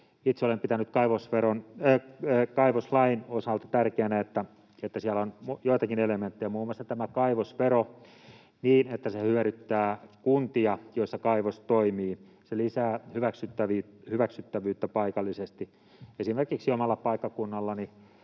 Itse olen pitänyt kaivoslain osalta tärkeänä, että siellä olisi joitakin elementtejä, muun muassa tämä kaivosvero, jotka hyödyttävät niitä kuntia, joissa kaivos toimii. Se lisää hyväksyttävyyttä paikallisesti. Esimerkiksi omalla paikkakunnallani,